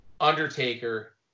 undertaker